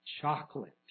chocolate